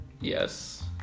Yes